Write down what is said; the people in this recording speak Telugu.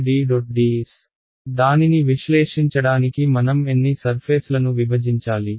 ds దానిని విశ్లేషించడానికి మనం ఎన్ని సర్ఫేస్లను విభజించాలి